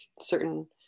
certain